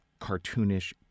cartoonish